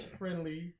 friendly